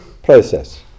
Process